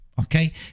okay